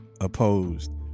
Opposed